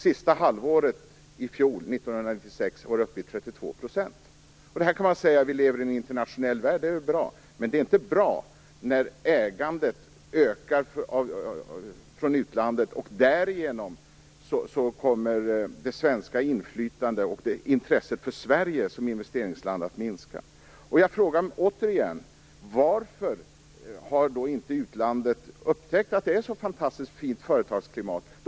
Sista halvåret i fjol, 1996, var andelen uppe i 32 %. Man kan säga att det är bra att vi lever i en internationell värld, men det är inte bra när ägandet från utlandet ökar. Därigenom kommer det svenska inflytandet och intresset för Sverige som investeringsland att minska. Jag frågar återigen: Varför har utlandet inte upptäckt att det är ett så fantastiskt fint företagsklimat här?